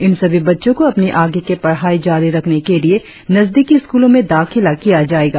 इन सभी बच्चों को अपनी आगे की पढ़ाई जारी रखने के लिए नजदीकी स्कूलों में दाखिला किया जाएगा